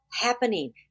happening